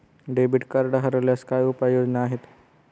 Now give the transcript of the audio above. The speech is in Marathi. डेबिट कार्ड हरवल्यास काय उपाय योजना आहेत?